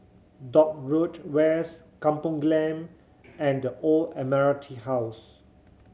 Dock Road West Kampong Glam and The Old Admiralty House